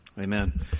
Amen